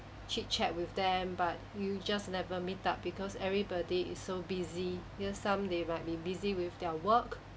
chit chat with them but you just never meet up because everybody is so busy err some they might be busy with their work